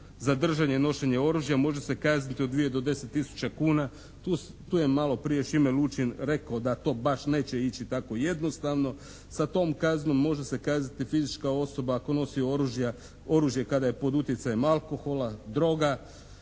za držanje ili nošenje oružja može se kazniti od 2 do 10 tisuća kuna. Tu je maloprije Šime Lučin rekao, da to baš neće ići tako jednostavno. Sa tom kaznom može se kazniti fizička osoba ako nosi oružje kada je pod utjecajem alkohola, droga.